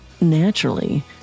Naturally